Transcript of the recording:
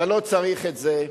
אתה לא צריך את זה,